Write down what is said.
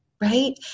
Right